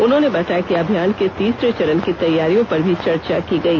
उन्होंने बताया कि अभियान के तीसरे चरण की तैयारियों पर भी चर्चा की गई